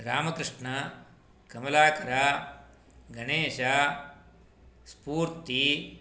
रामकृष्णः कमलाकारः गणेशः स्फूर्ती